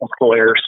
employers